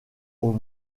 aux